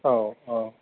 औ औ